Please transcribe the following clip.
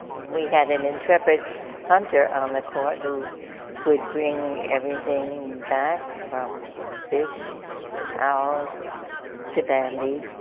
we had an intrepid hunter and on the court who would bring everything back from fish to foul to bambi.